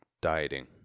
dieting